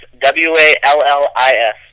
W-A-L-L-I-S